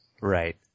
Right